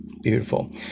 Beautiful